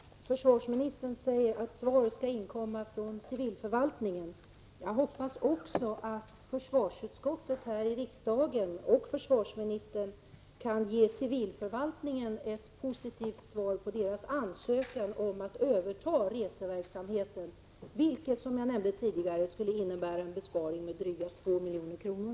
Herr talman! Försvarsministern säger att svar skall inkomma från civilförvaltningen. Jag hoppas att försvarsutskottet här i riksdagen och försvarsministern kan ge civilförvaltningen ett positivt svar på dess ansökan om att få överta reseverksamheten. Som jag nämnde tidigare, skulle det innebära en besparing med drygt 2 milj.kr.